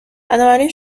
بنابراین